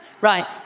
Right